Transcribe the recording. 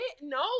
No